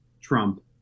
Trump